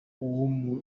w’umunya